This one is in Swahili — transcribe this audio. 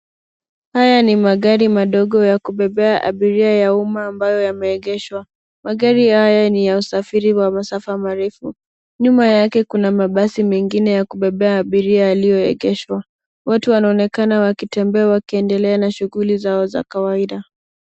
Haya ni magari madogo ya kubebea abiria ya uma ambayo yamegeshwa, magari haya ni ya usafiri wa masafa marefu, nyuma yake kuna mabasi mengine ya kubebea abiria yalioyegeshwa, watu wanonekana wakitembe wakiendelea na shughuli zao za kawaida.